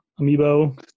amiibo